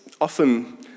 often